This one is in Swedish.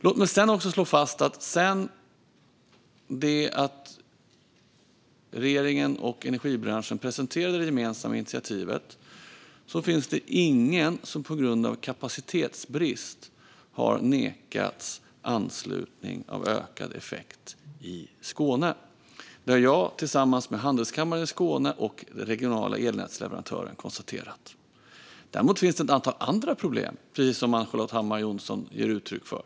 Låt mig även slå fast att sedan regeringen och energibranschen presenterade det gemensamma initiativet finns det ingen som på grund av kapacitetsbrist har nekats anslutning av ökad effekt i Skåne. Detta har jag tillsammans med Handelskammaren i Skåne och de regionala elnätsleverantörerna konstaterat. Däremot finns det ett antal andra problem, precis som Ann-Charlotte Hammar Johnsson ger uttryck för.